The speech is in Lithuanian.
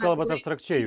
kalbat abstrakčiai